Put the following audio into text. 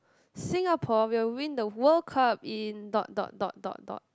Singapore will win the World Cup in dot dot dot dot dot